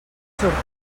sortia